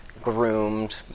groomed